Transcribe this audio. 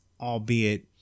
albeit